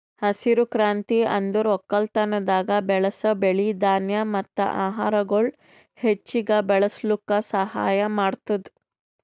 ಹಸಿರು ಕ್ರಾಂತಿ ಅಂದುರ್ ಒಕ್ಕಲತನದಾಗ್ ಬೆಳಸ್ ಬೆಳಿ, ಧಾನ್ಯ ಮತ್ತ ಆಹಾರಗೊಳ್ ಹೆಚ್ಚಿಗ್ ಬೆಳುಸ್ಲುಕ್ ಸಹಾಯ ಮಾಡ್ತುದ್